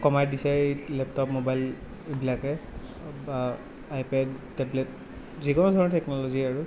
কমাই দিছে এই লেপটপ ম'বাইল এইবিলাকে বা আইপেড টেবলেট যিকোনো ধৰণৰ টেকনল'জি আৰু